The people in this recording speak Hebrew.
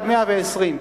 עד מאה-ועשרים.